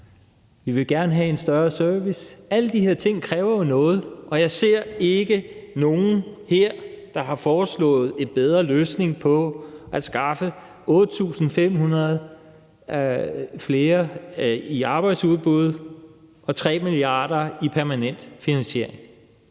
vi vil gerne have en større service. Alle de her ting kræver jo noget, og jeg ser ikke nogen her, der har foreslået en bedre løsning på at skaffe 8.500 flere i arbejdsudbud og 3 mia. kr. i permanent finansiering.